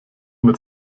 mit